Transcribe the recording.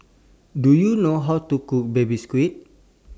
Do YOU know How to Cook Baby Squid